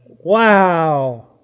Wow